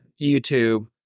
YouTube